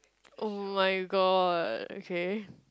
oh-my-God okay